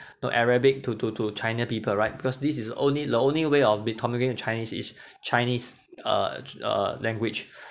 the arabic to to to china people right because this is only the only way of be communicating with chinese is chinese uh uh language